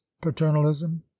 paternalism